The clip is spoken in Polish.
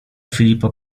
filipa